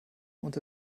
unter